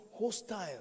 hostile